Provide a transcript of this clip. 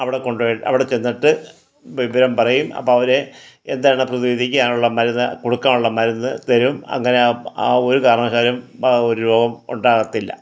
അവിടെ കൊണ്ട് പോയി അവിടെ ചെന്നിട്ട് വിവരം പറയും അപ്പോൾ അവര് എന്താണ് പ്രതിവിധിക്കാനുള്ള മരുന്ന് കൊടുക്കാനുള്ള മരുന്ന് തരും അങ്ങനെ ആ ഒരു കാരണവെച്ചാലും ആ ഒരു രോഗം ഉണ്ടാകത്തില്ല